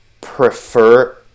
prefer